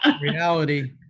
reality